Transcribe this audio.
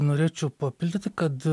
norėčiau papildyti kad